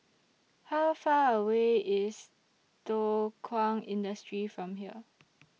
How Far away IS Thow Kwang Industry from here